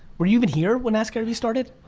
were you even here when askgaryvee started?